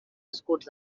escuts